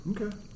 okay